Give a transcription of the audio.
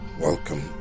Welcome